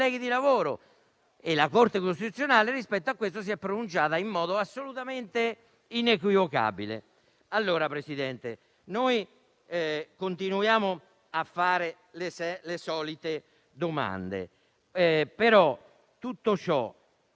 colleghi di lavoro e la Corte costituzionale rispetto a questo si è pronunciata in modo assolutamente inequivocabile. Noi continuiamo a fare le solite domande e, al di